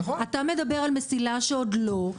אתה מדבר על מסילה שעוד לא,